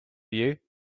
you